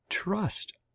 trust